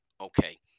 Okay